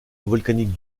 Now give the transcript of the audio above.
volcanique